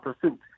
pursuit